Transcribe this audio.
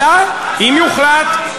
אלא אם יוחלט,